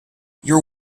your